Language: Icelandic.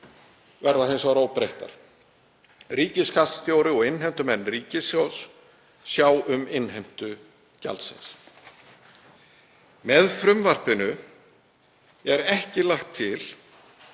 verða hins vegar óbreyttir. Ríkisskattstjóri og innheimtumenn ríkissjóðs sjá um innheimtu gjaldsins. Með frumvarpinu er ekki lagt til